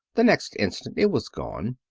the next instant it was gone.